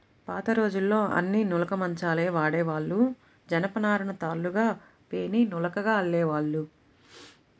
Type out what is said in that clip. పాతరోజుల్లో అన్నీ నులక మంచాలే వాడేవాళ్ళు, జనపనారను తాళ్ళుగా పేని నులకగా అల్లేవాళ్ళు